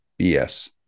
BS